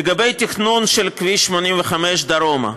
לגבי התכנון של כביש 85 דרומה,